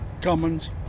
Cummins